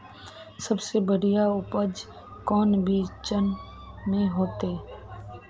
सबसे बढ़िया उपज कौन बिचन में होते?